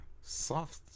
soft